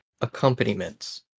accompaniments